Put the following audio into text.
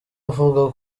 avuga